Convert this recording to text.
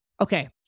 Okay